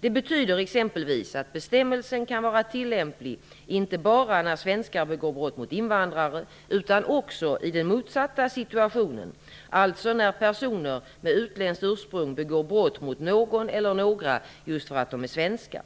Det betyder exempelvis att bestämmelsen kan vara tillämplig inte bara när svenskar begår brott mot invandrare utan också j den motsatta situationen, alltså när personer med utländskt ursprung begår brott mot någon eller några just för att de är svenskar.